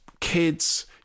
kids